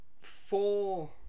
four